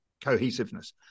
cohesiveness